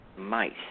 mice